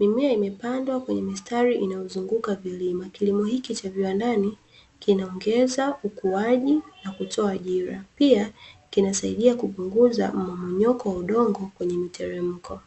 Mimea imepandwa kwenye mistari inayozunguka vilima. Kilimo hiki cha viwandani kinaongeza ukuaji na kutoa ajira, pia kinasaidia kupunguza mmomonyoko wa udongo kwenye miteremko.